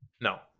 No